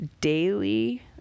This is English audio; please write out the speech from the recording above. daily